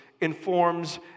informs